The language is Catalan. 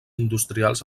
industrials